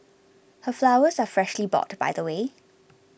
her flowers are freshly bought by the way